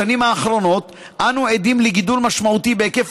בשנים האחרונות אנו עדים לגידול משמעותי בהיקף